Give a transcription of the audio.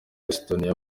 estonia